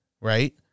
right